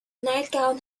nightgown